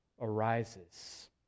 arises